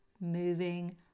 moving